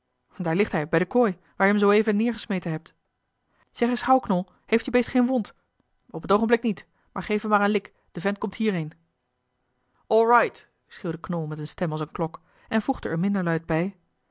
daar ligt hij bij de kooi waar je hem zooeven neergesmeten hebt zeg eens gauw knol heeft je beest geen wond op het oogenblik niet maar geef hem maar een lik de vent komt hierheen all right schreeuwde knol met eene stem als eene klok en voegde er minder luid bij